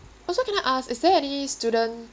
also can I ask is there any student